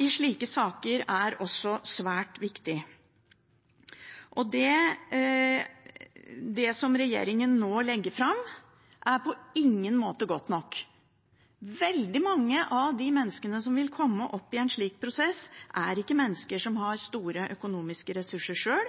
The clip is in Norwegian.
i slike saker er også svært viktig. Det som regjeringen nå legger fram, er på ingen måte godt nok. Veldig mange av de menneskene som vil komme opp i en slik prosess, er ikke mennesker som har store økonomiske ressurser sjøl,